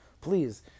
please